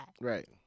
right